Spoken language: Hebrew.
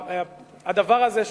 הדבר הזה,